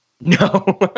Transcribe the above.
No